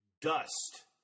Dust